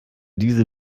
diese